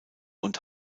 und